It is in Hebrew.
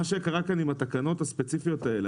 מה שקרה כאן עם התקנות הספציפיות האלה,